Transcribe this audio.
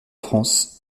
france